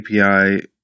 API